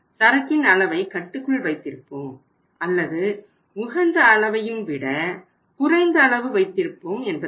சரக்கின் அளவை கட்டுக்குள் வைத்திருப்போம் அல்லது உகந்த அளவையும் விட குறைந்த அளவு வைத்திருப்போம் என்பதாகும்